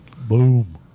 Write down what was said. Boom